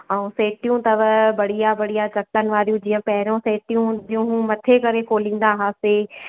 ऐं सेटियूं अथव बढ़िया बढ़िया सतनि वारियूं जीअं पहिरियों सेटियूं हूंदियूं हुयूं मथे करे खोलींदा हुआसे